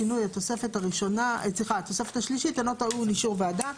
שינוי התוספת השלישית אינו טעון אישור ועדה.